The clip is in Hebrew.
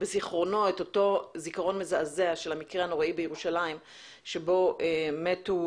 בזיכרונו את אותו זיכרון מזעזע של המקרה הנורא בירושלים שבו מתו,